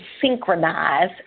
synchronize